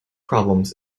problems